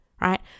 right